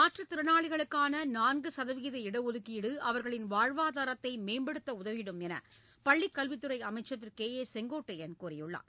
மாற்றுத் திறனாளிகளுக்கான நான்கு சதவீத இடஒதுக்கீடு அவர்களின் வாழ்வாதாரத்தை மேம்படுத்த உதவிடும் என்று பள்ளி கல்வித் துறை அமைச்சர் திரு கே ஏ செங்கோட்டையள் கூறியுள்ளார்